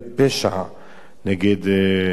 נגד ביטחון המדינה.